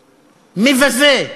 מבזה.